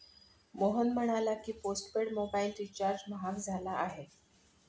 मोहन म्हणाला की, postpaid mobile recharge महाग झाला आहे